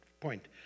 point